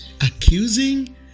accusing